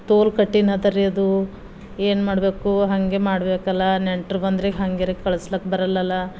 ತೋಲ್ ಕಠಿಣ ಅದರೀ ಅದು ಏನು ಮಾಡಬೇಕು ಹಾಗೆ ಮಾಡಬೇಕಲ್ಲ ನೆಂಟ್ರು ಬಂದರೆ ಹಂಗೆರೆ ಕಳಸ್ಲಾಕ ಬರಲ್ಲಲ